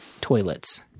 toilets